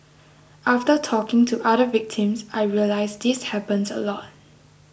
after talking to other victims I realised this happens a lot